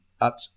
up